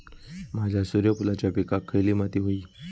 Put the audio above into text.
माझ्या सूर्यफुलाच्या पिकाक खयली माती व्हयी?